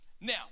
Now